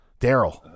Daryl